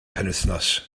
penwythnos